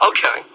Okay